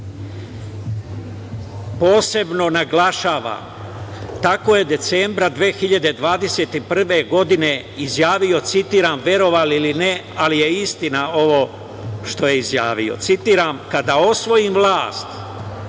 Posebno naglašavam, tako je decembra 2021. godine izjavio, citiram, verovali ili ne, ali je istina ovo što je izjavio, citiram – kada osvojim vlast,